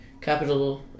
capital